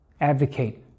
Advocate